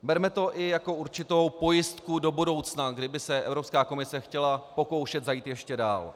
Berme to i jako určitou pojistku do budoucna, kdyby se Evropská komise chtěla pokoušet zajít ještě dál.